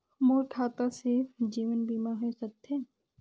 मोर खाता से जीवन बीमा होए सकथे?